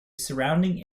surrounding